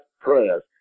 prayers